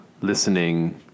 listening